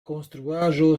konstruaĵo